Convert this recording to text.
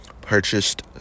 purchased